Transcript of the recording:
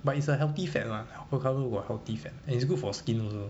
but it's a healthy fat lah avocado [what] a healthy fat and it's good for skin also